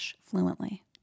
fluently